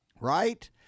right